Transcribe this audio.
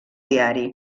diari